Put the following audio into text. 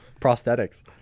prosthetics